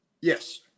Yes